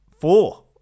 four